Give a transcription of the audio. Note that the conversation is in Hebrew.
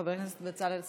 חבר הכנסת בצלאל סמוטריץ'